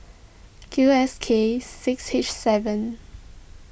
Q S K six H seven